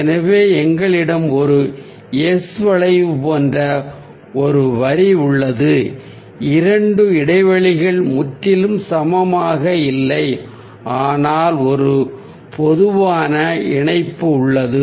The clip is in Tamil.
எனவே எங்களிடம் ஒரு எஸ் வளைவு போன்ற ஒரு வரி உள்ளது இரண்டு இடைவெளிகளும் முற்றிலும் சமமாக இல்லை ஆனால் ஒரு பொதுவான இணைப்பு உள்ளது